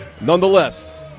nonetheless